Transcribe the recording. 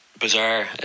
bizarre